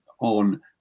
on